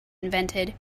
invented